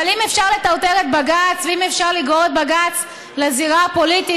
אבל אם אפשר לטרטר את בג"ץ ואם אפשר לגרור את בג"ץ לזירה הפוליטית,